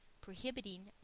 prohibiting